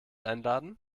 einladen